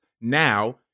now